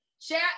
Share